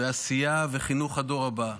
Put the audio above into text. לעשייה וחינוך הדור הבא.